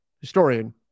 historian